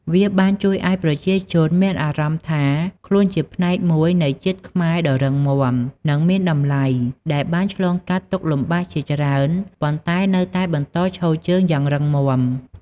វាបានជួយឲ្យប្រជាជនមានអារម្មណ៍ថាខ្លួនជាផ្នែកមួយនៃ ជាតិខ្មែរដ៏រឹងមាំ និងមានតម្លៃ ដែលបានឆ្លងកាត់ទុក្ខលំបាកជាច្រើន ប៉ុន្តែនៅតែបន្តឈរជើងយ៉ាងរឹងមាំ។